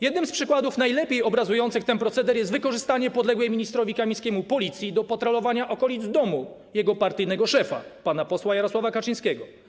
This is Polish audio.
Jednym z przykładów najlepiej obrazujących ten proceder jest wykorzystanie podległej ministrowi Kamińskiemu Policji do patrolowania okolic domu jego partyjnego szefa, pana posła Jarosława Kaczyńskiego.